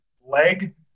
leg